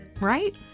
right